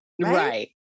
Right